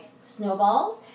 snowballs